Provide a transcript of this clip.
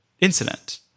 incident